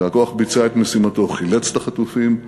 והכוח ביצע את משימתו, חילץ את החטופים,